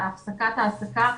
הפסקת העסקה,